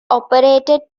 operated